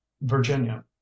Virginia